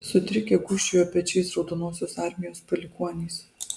sutrikę gūžčiojo pečiais raudonosios armijos palikuonys